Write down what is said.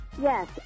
Yes